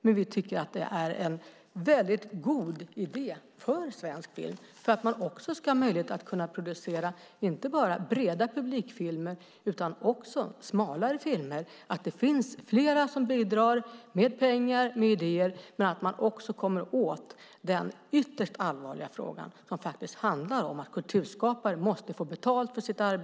Men vi tycker att det är en väldigt god idé för svensk film för att man ska ha möjlighet att kunna producera inte bara breda publikfilmer utan också smalare filmer att det finns flera som bidrar med pengar och idéer. Men det handlar också om att man kommer åt den ytterst allvarliga frågan att kulturskapare måste få betalt för sitt arbete.